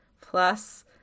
plus